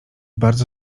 bardzo